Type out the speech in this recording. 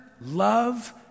love